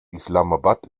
islamabad